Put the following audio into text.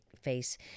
face